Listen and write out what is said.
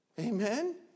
Amen